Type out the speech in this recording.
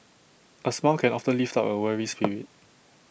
A smile can often lift A weary spirit